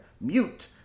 mute